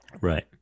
Right